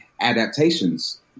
adaptations